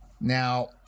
Now